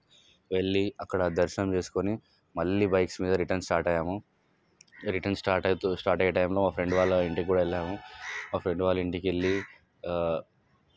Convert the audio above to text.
వెళ్ళి అక్కడ దర్శనం చేస్కొని మళ్ళీ బైక్స్ మీద ఇంకా రిటర్న్ స్టార్ట్ అయ్యాము రిటర్న్ స్టార్ట్ అవుతు స్టార్ట్ అయ్యే టైంలో మా ఫ్రెండ్ వాళ్ళ ఇంటికి కూడా వెళ్ళాము మా ఫ్రెండ్ వాళ్ళ ఇంటికి వెళ్ళి